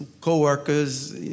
co-workers